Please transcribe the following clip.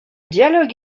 dialogue